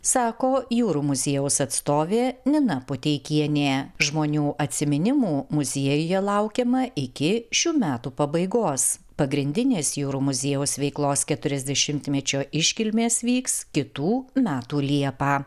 sako jūrų muziejaus atstovė nina puteikienė žmonių atsiminimų muziejuje laukiama iki šių metų pabaigos pagrindinės jūrų muziejaus veiklos keturiasdešimtmečio iškilmės vyks kitų metų liepą